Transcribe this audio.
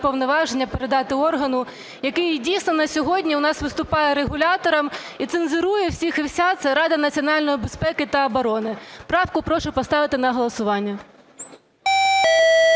повноваження передати органу, який дійсно на сьогодні у нас виступає регулятором і цензорує всіх і вся – це Рада національної безпеки та оборони. Правку прошу поставити на голосування.